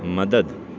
مدد